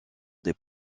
des